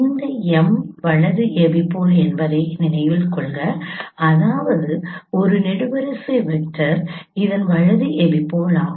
இந்த M வலது epipole என்பதை நினைவில் கொள்க அதாவது இது நெடுவரிசை வெக்டர் இதன் வலது எபிபோல் ஆகும்